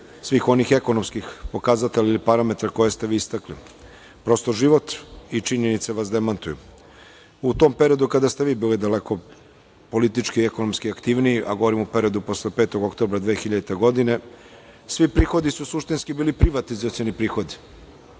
svih onih ekonomskih pokazatelja ili parametara koje ste vi istakli. Prosto, život i činjenice vas demantuju.U tom periodu kada ste vi bili daleko politički i ekonomski aktivniji, a govorim o periodu posle 5. oktobra 2000. godine, svi prihodi su suštinski bili privatizacioni prihodi.